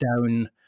down